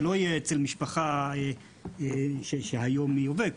זה לא יהיה אצל משפחה שהיום היא עובדת,